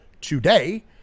today